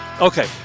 Okay